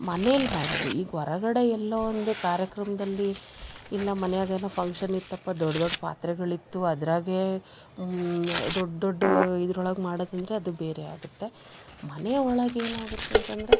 ಮನೆಲ್ಲಿ ಮಾಡೋದು ಈಗ ಹೊರಗಡೆ ಎಲ್ಲೋ ಒಂದು ಕಾರ್ಯಕ್ರಮದಲ್ಲಿ ಇಲ್ಲ ಮನ್ಯಾಗೆ ಏನೋ ಫಂಕ್ಷನ್ ಇತ್ತಪ್ಪ ದೊಡ್ಡ ದೊಡ್ಡ ಪಾತ್ರೆಗಳಿತ್ತು ಅದರಾಗೆ ದೊಡ್ಡ ದೊಡ್ಡ ಇದ್ರೊಳಗೆ ಮಾಡದಂದ್ರೆ ಅದು ಬೇರೆ ಆಗುತ್ತೆ ಮನೆ ಒಳಗೆ ಏನಾಗತ್ತೆ ಅಂತಂದರೆ